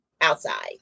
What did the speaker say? outside